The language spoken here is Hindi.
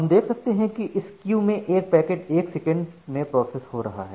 हम देख सकते हैं की इस क्यू में एक पैकेट एक सेकंड में प्रोसेस हो रहा है